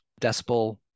decibel